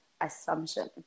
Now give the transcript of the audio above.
assumption